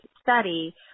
study